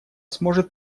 сможет